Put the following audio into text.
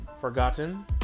forgotten